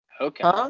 okay